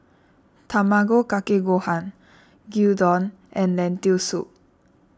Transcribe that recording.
Tamago Kake Gohan Gyudon and Lentil Soup